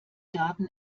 daten